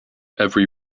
every